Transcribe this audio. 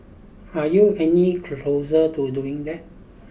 are you any closer to doing that